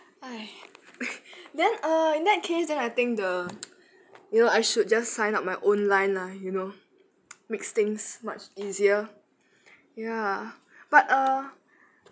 !aiya! then in that case than I think the you know I should just sign up my own line lah you know makes things much easier ya but err